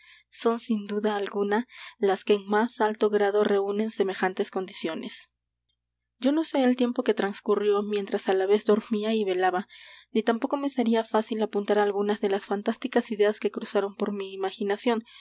son sin duda alguna las que en más alto grado reunen semejantes condiciones yo no sé el tiempo que transcurrió mientras á la vez dormía y velaba ni tampoco me sería fácil apuntar algunas de las fantásticas ideas que cruzaron por mi imaginación